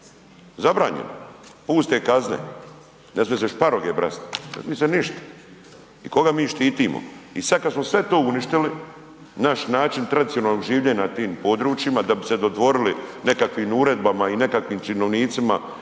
Zabranjeno, puste kazne, ne smiju se šparoge brat, ne smije se ništa. I koga mi štitimo? I sada kada smo sve to uništili, naš način tradicionalnog življenja na tim područjima da bi se dodvorili nekakvim uredbama i nekakvim činovnicima